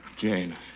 Jane